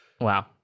Wow